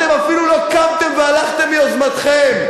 אתם אפילו לא קמתם והלכתם מיוזמתכם.